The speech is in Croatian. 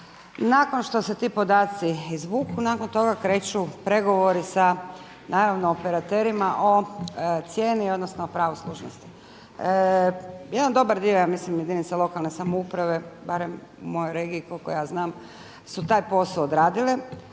Nakon što se ti podaci izvuku, nakon toga kreću pregovori sa naravno operaterima o cijeni, odnosno o pravu služnosti. Jedan dobar dio ja mislim jedinica lokalne samouprave barem u mojoj regiji koliko ja znam su taj posao odradile.